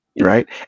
Right